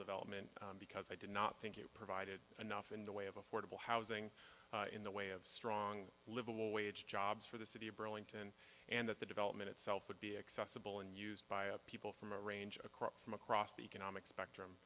development because i did not think it provided enough in the way of affordable housing in the way of strong livable wage jobs for the city of burlington and that the development itself would be accessible and used by a people from a range of across from across the economic spectrum